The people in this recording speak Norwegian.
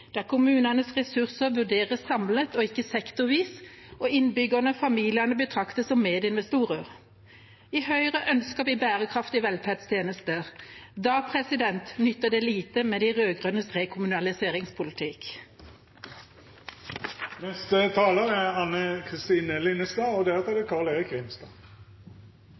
der kommunens ressurser vurderes samlet og ikke sektorvis, og der innbyggerne, familiene betraktes som medinvestorer. I Høyre ønsker vi bærekraftige velferdstjenester. Da nytter det lite med de rød-grønnes rekommunaliseringspolitikk. Perspektivmeldingen tegner det jeg vil kalle et nøkternt og realistisk bilde av Norge fram mot 2060. Det